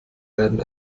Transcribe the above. werden